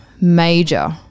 major